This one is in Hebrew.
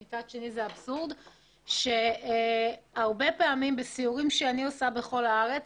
מצד שני זה אבסורד- שהרבה פעמים בסיורים שאני עושה בכל הארץ